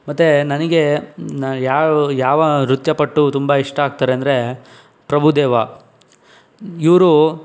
ಮತ್ತೆ ನನಗೆ ಯಾವ ಯಾವ ನೃತ್ಯಪಟು ತುಂಬ ಇಷ್ಟ ಆಗ್ತಾರೆ ಅಂದರೆ ಪ್ರಭುದೇವ ಇವರು